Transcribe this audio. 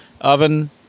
oven